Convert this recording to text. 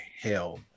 hell